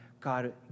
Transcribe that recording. God